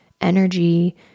energy